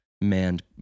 manned